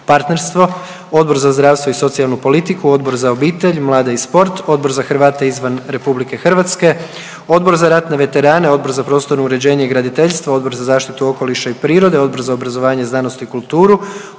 partnerstvo, Odbor za zdravstvo i socijalnu politiku, Odbor za obitelj, mlade i sport, Odbor za Hrvate izvan RH, Odbor za ratne veterane, Odbor za prostorno uređenje i graditeljstvo, Odbor za zaštitu okoliša i prirode, Odbor za obrazovanje, znanost i kulturu,